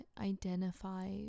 identify